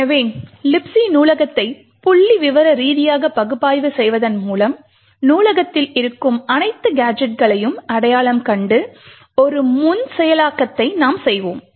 எனவே Libc நூலகத்தை புள்ளிவிவர ரீதியாக பகுப்பாய்வு செய்வதன் மூலம் நூலகத்தில் இருக்கும் அனைத்து கேஜெட்களையும் அடையாளம் கண்டு ஒரு முன் செயலாக்கத்தை நாம் செய்வோம்